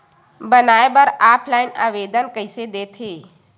बनाये बर ऑफलाइन आवेदन का कइसे दे थे?